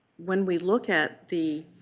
when we look at the